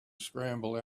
scramble